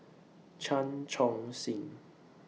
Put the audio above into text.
Chan Chun Sing